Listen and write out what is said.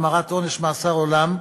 המרת עונש מאסר עולם),